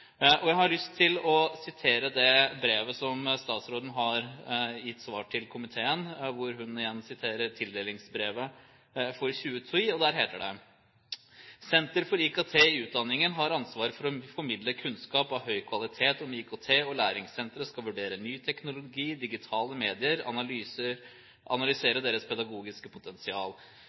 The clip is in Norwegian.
Jeg har lyst til å sitere fra brevet som statsråden har gitt som svar til komiteen, hvor hun igjen siterer tildelingsbrevet for 2010, og der heter det: «Senter for IKT i utdanningen har ansvar for å formidle kunnskap av høy kvalitet om IKT og læring. Senteret skal vurdere ny teknologi og digitale medier og analysere dere pedagogiske potensial.